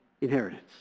inheritance